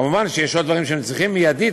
מובן שיש עוד דברים שהם צריכים מיידית,